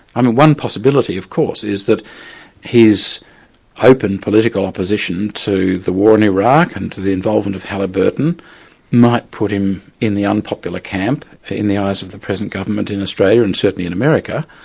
um one possibility of course is that his open political opposition to the war in iraq and to the involvement of halliburton might put him in the unpopular camp in the eyes of the present government in australia and certainly in america.